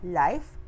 life